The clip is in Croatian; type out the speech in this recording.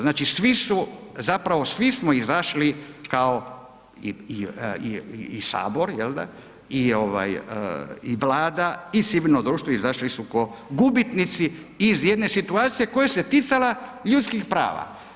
Znači svi su, zapravo svi smo izašli kao i sabor i ovaj vlada i civilno društvo je izašlo isto ko gubitnici iz jedne situacije koja se ticala ljudskih prava.